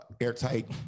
airtight